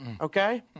okay